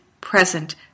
present